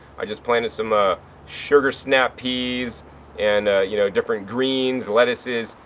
i just planted some ah sugar snap peas and, you know, different greens, lettuces,